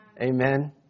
Amen